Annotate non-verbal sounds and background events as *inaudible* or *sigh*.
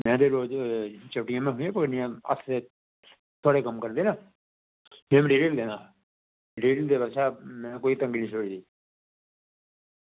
*unintelligible* ओह् चपटियां *unintelligible* हत्थ ते थुआढ़े कम्म करदे न ते मैटीरियल देना हा मैटीरियल *unintelligible* कोई तंगी निं किसै दी